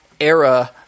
era